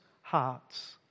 hearts